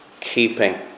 Keeping